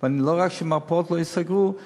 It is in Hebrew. ולא רק שמרפאות לא ייסגרו,